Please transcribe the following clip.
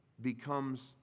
becomes